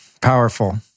powerful